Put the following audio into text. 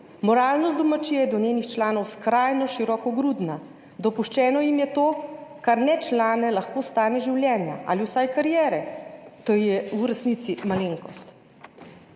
Moralnost domačije je do njenih članov skrajno širokogrudna, dopuščeno jim je to, kar ne člane lahko stane življenja ali vsaj kariere. To je v resnici malenkost.